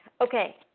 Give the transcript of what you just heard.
Okay